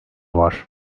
var